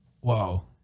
Wow